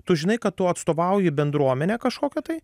tu žinai kad tu atstovauji bendruomenę kažkokią tai